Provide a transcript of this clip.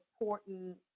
important